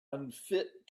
unfit